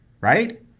right